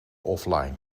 offline